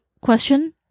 question